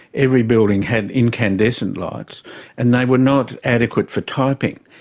every building had incandescent lights and they were not adequate for typing.